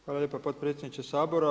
Hvala lijepa potpredsjedniče Sabora.